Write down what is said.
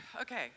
okay